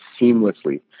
seamlessly